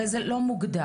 הרי זה לא מוגדר,